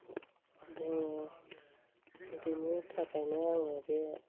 जोङो बेनिथाखायनो आङो बे